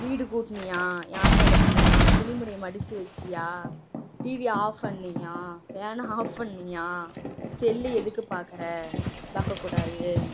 வீடு கூட்டுனியா யாணம் விளக்குனியா துணி மணியை மடித்து வச்சியா டிவியை ஆஃப் ஃபண்ணியா ஃபேனை ஆஃப் ஃபண்ணியா செல்லு எதுக்கு பார்க்கற பார்க்கக்கூடாது